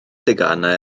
deganau